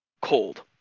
cold